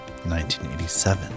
1987